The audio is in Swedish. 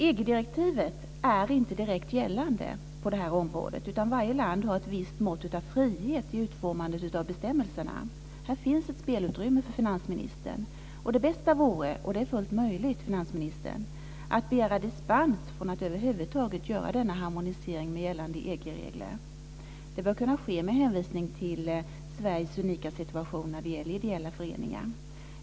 EG-direktivet är inte direkt gällande på detta område, utan varje land har ett visst mått av frihet vid utformandet av bestämmelserna. Här finns det ett spelutrymme för finansministern. Och det bästa vore, vilket är fullt möjligt, finansministern, att begära dispens från att över huvud taget göra denna harmonisering med gällande EG-regler. Det bör kunna ske med hänvisning till Sveriges unika situation när det gäller ideella föreningar.